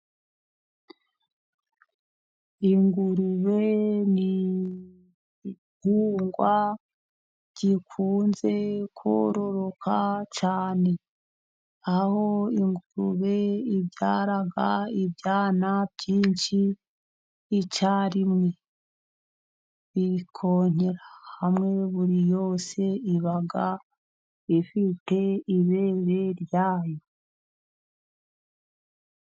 Ingurube igitugwa gikunze kororoka cyane, aho ingurube ibyara ibyana byinshi icyarimwe, bikonkera hamwe, buri cyana cyose kiba gifite ibere ryacyo.